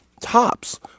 Tops